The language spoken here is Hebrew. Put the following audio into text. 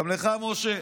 גם לך, משה,